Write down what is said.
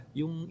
yung